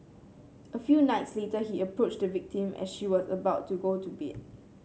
a few nights later he approached the victim as she was about to go to bed